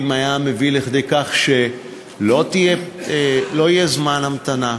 היה מביא לידי כך שלא יהיה זמן המתנה,